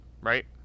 Right